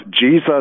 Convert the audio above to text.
Jesus